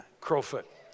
Crowfoot